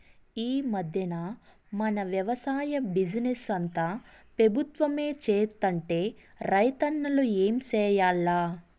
ఈ మధ్దెన మన వెవసాయ బిజినెస్ అంతా పెబుత్వమే సేత్తంటే రైతన్నలు ఏం చేయాల్ల